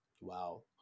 Wow